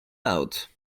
out